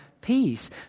peace